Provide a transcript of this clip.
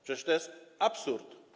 Przecież to jest absurd.